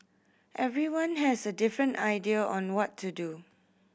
everyone has a different idea on what to do